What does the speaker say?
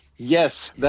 Yes